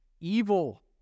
evil